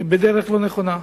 בדרך לא נכונה.